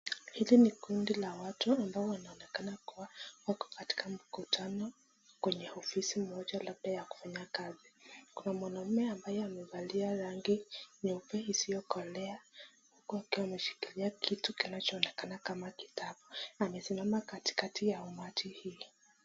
Hili ni kundi la watu ambao wanonekana kuwa wako katika mkutano kwenye ofisi moja labda ya kwenda kazi. Kuna mwanaume ambaye amevalia rangi nyeupe isiyokolea huku akiwa ameshikilia kitu kinachoonekana kama kitabu, amesimama katikati ya umati hii.